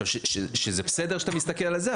זה בסדר שאתה מסתכל על זה,